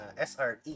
SRE